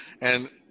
and-